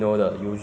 bubble tea